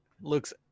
looks